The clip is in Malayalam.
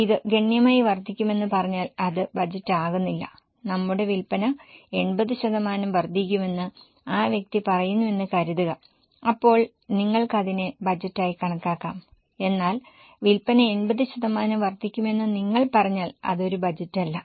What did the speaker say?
ഇത് ഗണ്യമായി വർദ്ധിക്കുമെന്ന് പറഞ്ഞാൽ അത് ബജറ്റ് ആക്കുന്നില്ല നമ്മുടെ വിൽപ്പന 80 ശതമാനം വർദ്ധിക്കുമെന്ന് ആ വ്യക്തി പറയുന്നുവെന്ന് കരുതുക അപ്പോൾ നിങ്ങൾക്കതിനെ ബജറ്റായി കണക്കാക്കാം എന്നാൽ വിൽപ്പന 80 ശതമാനം വർദ്ധിക്കുമെന്ന് നിങ്ങൾ പറഞ്ഞാൽ അത് ഒരു ബജറ്റ് അല്ല